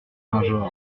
major